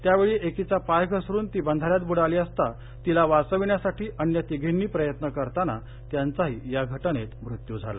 त्यावेळी एकीचा पाय घसरून ती बंधाऱ्यात बुडाली तिला वाचविण्यासाठी अन्य तिघींनी प्रयत्न करताना त्यांचाही या घटनेत मृत्यू झाला